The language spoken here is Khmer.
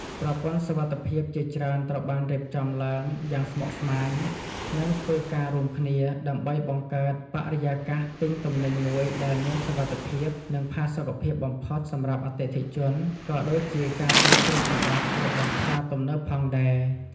ប្រព័ន្ធសុវត្ថិភាពជាច្រើនត្រូវបានរៀបចំឡើងយ៉ាងស្មុគស្មាញ និងធ្វើការរួមគ្នា ដើម្បីបង្កើតបរិយាកាសទិញទំនិញមួយដែលមានសុវត្ថិភាព និងផាសុកភាពបំផុតសម្រាប់អតិថិជន ក៏ដូចជាការពារទ្រព្យសម្បត្តិរបស់ផ្សារទំនើបផងដែរ។